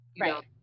right